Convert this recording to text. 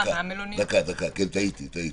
טעיתי.